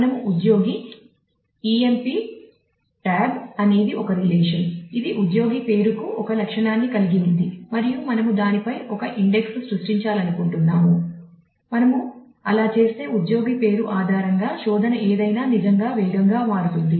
మనము ఉద్యోగి emp tab అనేది ఒక రిలేషన్ ఇది ఉద్యోగి పేరుకు ఒక లక్షణాన్ని కలిగి ఉంది మరియు మనము దానిపై ఒక ఇండెక్స్ ను సృష్టించాలనుకుంటున్నాము మనము అలా చేస్తే ఉద్యోగి పేరు ఆధారంగా శోధన ఏదైనా నిజంగా వేగంగా మారుతుంది